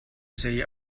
zei